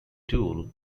tool